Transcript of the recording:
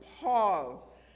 Paul